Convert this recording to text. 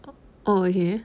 oh here